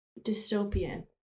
dystopian